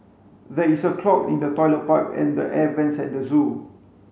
there is a clog in the toilet pipe and the air vents at the zoo